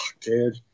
dude